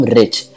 rich